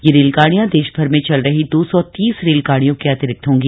ये रेलगाडियां देशभर में चल रही दो सौ तीस रेलगाडियों के अतिरिक्त होंगी